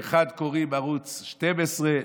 לאחד קוראים ערוץ 12,